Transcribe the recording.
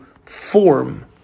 form